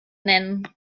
nennen